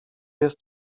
jest